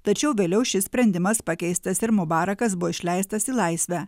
tačiau vėliau šis sprendimas pakeistas ir mubarakas buvo išleistas į laisvę